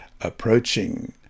approaching